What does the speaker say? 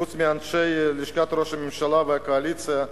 חוץ מאנשי לשכת ראש הממשלה והקואליציה,